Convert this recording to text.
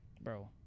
bro